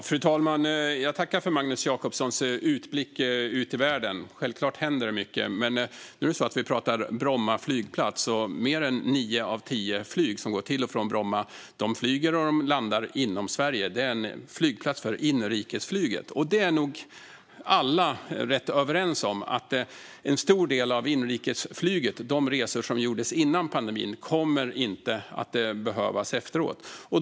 Fru talman! Jag tackar för Magnus Jacobssons utblick ut i världen. Självklart händer det mycket. Men nu talar vi om Bromma flygplats, och mer än nio av tio flyg som går till och från Bromma flyger och landar inom Sverige. Det är en flygplats för inrikesflyget. Alla är nog rätt överens om att en stor del av de resor som gjordes med inrikesflyget innan pandemin inte kommer att behövas efteråt.